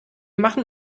machen